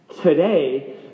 today